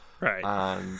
right